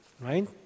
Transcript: Right